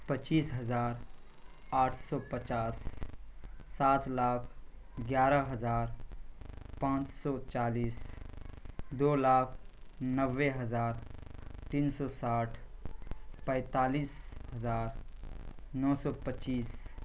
پچیس ہزار آٹھ سو پچاس سات لاکھ گیارہ ہزار پانچ سو چالیس دو لاکھ نوے ہزار تین سو ساٹھ پینتالیس ہزار نو سو پچیس